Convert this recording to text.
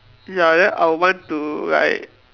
ya then I'll want to like